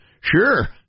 Sure